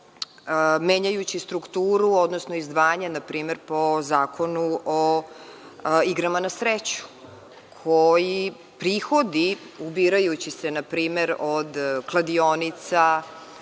menjajući strukturu, odnosno izdvajanje npr. po Zakonu o igrama na sreću, koji prihodi, ubirajući se npr. od kladionica,